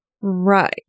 Right